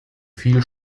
viel